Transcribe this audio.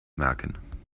merken